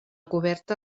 coberta